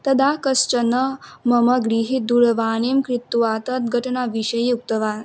तदा कश्चन मम गृहे दूरवाणीं कृत्वा तद् घटनाविषये उक्तवान्